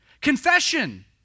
Confession